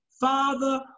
Father